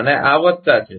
અને આ વત્તા છે